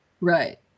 Right